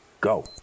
go